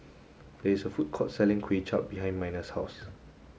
there is a food court selling Kuay Chap behind Miner's house